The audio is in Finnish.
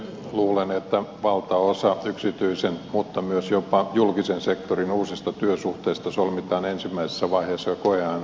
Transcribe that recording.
luulen että valtaosa yksityisen mutta myös jopa julkisen sektorin uusista työsuhteista solmitaan ensimmäisessä vaiheessa jo koeajan puitteissa